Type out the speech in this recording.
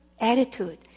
attitude